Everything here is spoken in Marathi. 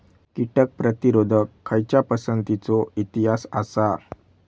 कीटक प्रतिरोधक खयच्या पसंतीचो इतिहास आसा?